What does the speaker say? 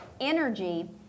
energy